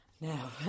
Now